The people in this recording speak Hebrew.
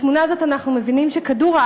בתמונה הזאת אנחנו מבינים שכדור-הארץ